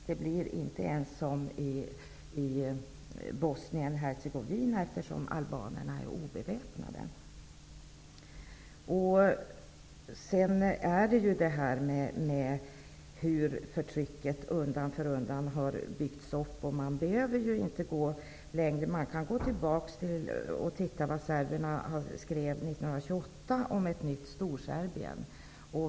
Det blir ju inte ens som i Bosnien-Hercegovina, utan det blir fråga om en massaker, eftersom albanerna är obeväpnade. Förtrycket har undan för undan byggts upp. Man behöver inte gå längre tillbaka än till 1928, då serberna förde fram tanken på ett nytt Storserbien.